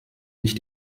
nicht